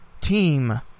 team